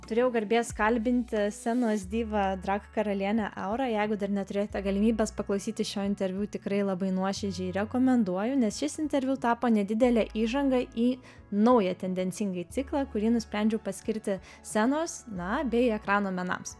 turėjau garbės kalbinti scenos divą drag karalienę aurą jeigu dar neturėjote galimybės paklausyti šio interviu tikrai labai nuoširdžiai rekomenduoju nes šis interviu tapo nedidele įžanga į naują tendencingai ciklą kurį nusprendžiau paskirti scenos na bei ekrano menams